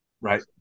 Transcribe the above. right